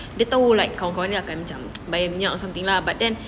dia tahu like kawan-kawannya akan macam bayar minyak something lah but then